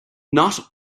not